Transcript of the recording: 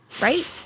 right